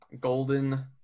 golden